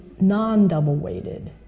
non-double-weighted